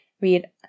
read